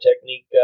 technique